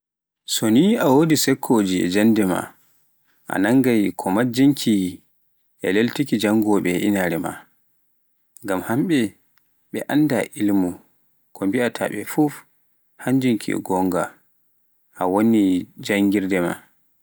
so ne a wodi sekkoje e jannde ma anngai komajjinki e leltuki janngoɓe e inaare maa, ngam hamɓe ɓe annda ilmu, ko mbeɗa ɓe fuf hannjun ke gonnga, a wonni janngirde.